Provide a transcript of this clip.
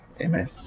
Amen